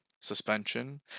suspension